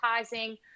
advertising